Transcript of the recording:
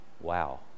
Wow